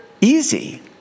easy